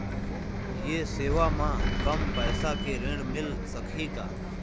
ये सेवा म कम पैसा के ऋण मिल सकही का?